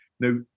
Now